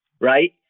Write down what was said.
right